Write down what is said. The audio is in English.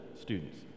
students